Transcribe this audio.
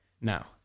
Now